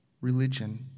religion